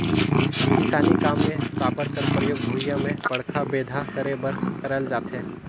किसानी काम मे साबर कर परियोग भुईया मे बड़खा बेंधा करे बर करल जाथे